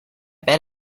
bet